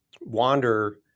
Wander